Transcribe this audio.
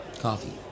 coffee